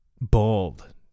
bald